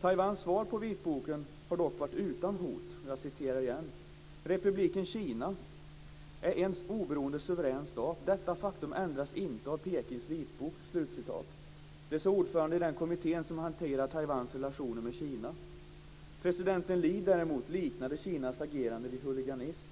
Taiwans svar på vitboken har dock varit utan hot. "Republiken Kina är en oberoende suverän stat. Detta faktum ändras inte av Pekings vitbok." Det sade ordföranden i den kommitté som hanterar Taiwans relationer med Kina. President Lee däremot liknade Kinas agerande vid huliganism.